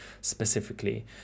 specifically